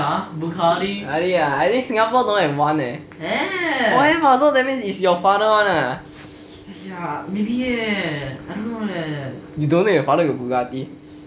!huh! bugatti I think singapore don't have [one] leh have ah so means it's your father [one] ah you don't know your father got bugatti